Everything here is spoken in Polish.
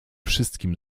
wszystkim